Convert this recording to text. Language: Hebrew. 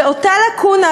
ואותה לקונה,